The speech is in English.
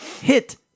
hit